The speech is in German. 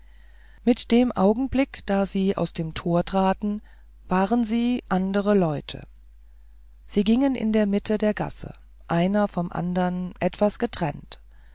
mit dem augenblick da sie aus dem tor traten waren sie andere leute sie gingen in der mitte der gasse einer vom anderen etwas getrennt